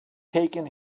taken